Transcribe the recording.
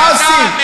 כשהמשק בהאטה,